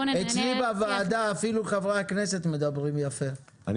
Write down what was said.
אצלי בוועדה אפילו חברי הכנסת מדברים יפה,